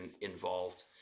involved